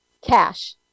cash